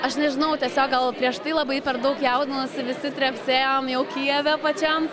aš nežinau tiesiog gal prieš tai labai per daug jaudinosi visi trepsėjom jau kijeve pačiam